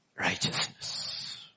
righteousness